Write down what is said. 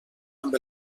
amb